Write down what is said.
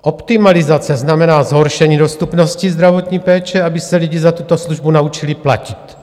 Optimalizace znamená zhoršení dostupnosti zdravotní péče, aby se lidi za tuto službu naučili platit.